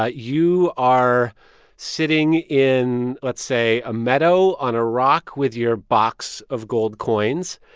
ah you are sitting in, let's say, a meadow on a rock with your box of gold coins.